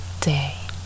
day